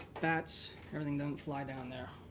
bats, everything doesn't fly down there.